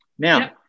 Now